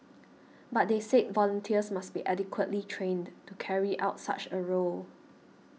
but they said volunteers must be adequately trained to carry out such a role